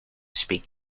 speak